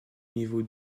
niveau